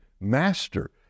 Master